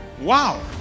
wow